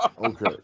Okay